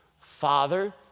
Father